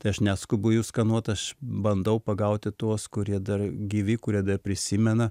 tai aš neskubu jų skanuot aš bandau pagauti tuos kurie dar gyvi kurie dar prisimena